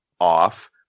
off